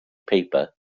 paper